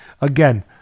again